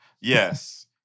Yes